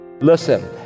Listen